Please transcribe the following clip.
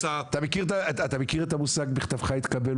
אתה מכיר את המושג "מכתבך התקבל,